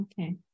Okay